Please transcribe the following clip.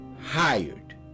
hired